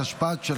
התשפ"ד 2024,